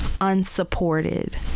unsupported